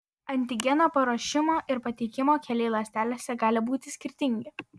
antigeno paruošimo ir pateikimo keliai ląstelėse gali būti skirtingi